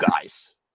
guys